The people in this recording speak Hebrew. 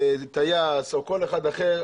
טייס או כל אחד אחר,